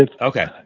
Okay